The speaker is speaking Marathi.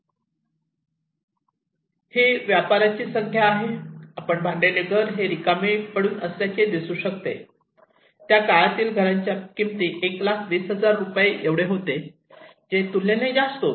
ही नवीन व्यापाराची संख्या आहे आपण बांधलेले हे घर रिकामे पडून असल्याचे दिसू शकेल त्या काळातील घरांच्या किंमत 120000 रुपये इतके होते जे तुलनेने जास्त होते